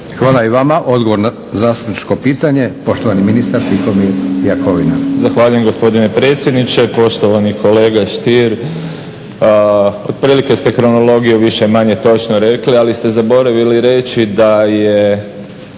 Hvala i vama. Odgovor na zastupničko pitanje poštovani ministar Tihomir Jakovina. **Jakovina, Tihomir (SDP)** Zahvaljujem gospodine predsjedniče. Poštovani kolega Stier, otprilike ste kronologiju više-manje točno rekli ali ste zaboravili reći da je